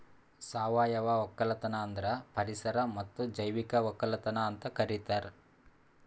ಸಾವಯವ ಒಕ್ಕಲತನ ಅಂದುರ್ ಪರಿಸರ ಮತ್ತ್ ಜೈವಿಕ ಒಕ್ಕಲತನ ಅಂತ್ ಕರಿತಾರ್